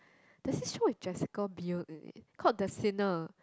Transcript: there's this show with Jessica-Biel in it called the Sinner